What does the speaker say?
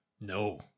no